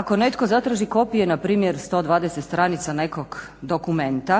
Ako netko zatraži kopije, npr. 120 stranica nekog dokumenta,